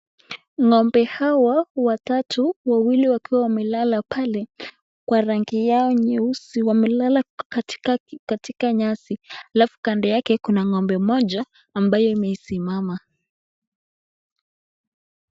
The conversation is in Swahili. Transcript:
Ng'ombe hawa watatu, wawili wakiwa wamelala pale kwa rangi yao nyeusi wamelala katika nyasi alafu kando yake kuna ng'ombe mmoja ambayo imesimama.